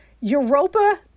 Europa